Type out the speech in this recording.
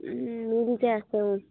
আছে